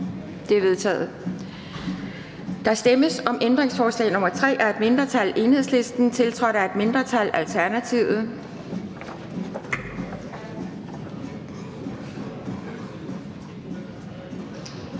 De er vedtaget. Der stemmes om ændringsforslag nr. 3 af et mindretal (Enhedslisten), tiltrådt af et mindretal (Alternativet).